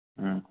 ꯎꯝ